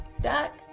duck